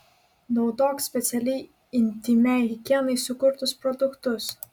naudok specialiai intymiai higienai sukurtus produktus